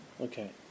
Okay